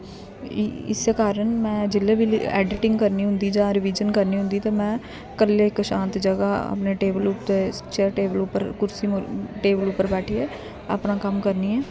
इस्सै कारण में जेल्लै बी एडिटिंग करनी होंदी जां रिवीजन करनी होंदी ते में कल्ले इक शांत जगह् अपने टेबल उप्पर चेयर टेबल उप्पर कुर्सी टेबल उप्पर बैठिये अपना कम्म करनी आं